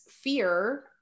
fear